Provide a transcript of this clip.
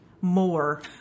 more